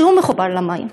שהוא מחובר למים.